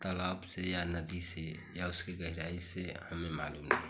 तालाब से या नदी से या उसकी गहराई से हमें मालूम नहीं है